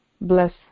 bless